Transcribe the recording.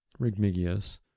Rigmigius